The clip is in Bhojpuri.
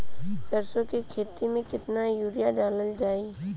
सरसों के खेती में केतना यूरिया डालल जाई?